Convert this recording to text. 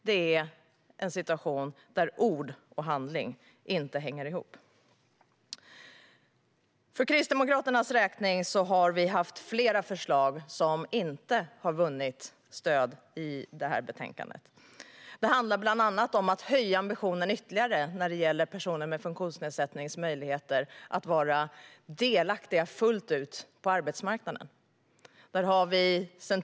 Det är en situation där ord och handling inte hänger ihop. Vi kristdemokrater har haft flera förslag som inte har vunnit stöd i betänkandet. Det handlar bland annat om att höja ambitionen ytterligare när det gäller möjligheterna för personer med funktionshinder att vara delaktiga fullt ut på arbetsmarknaden.